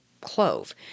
clove